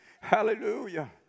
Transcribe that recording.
Hallelujah